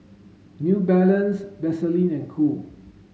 New Balance Vaseline and Cool